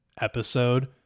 episode